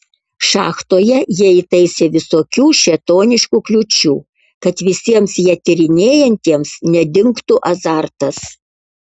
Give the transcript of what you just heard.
šachtoje jie įtaisė visokių šėtoniškų kliūčių kad visiems ją tyrinėjantiems nedingtų azartas